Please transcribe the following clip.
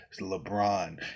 LeBron